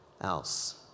else